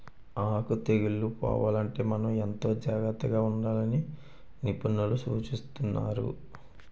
ఆకు తెగుళ్ళు పోవాలంటే మనం ఎంతో జాగ్రత్తగా ఉండాలని నిపుణులు సూచిస్తున్నారు